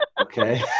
okay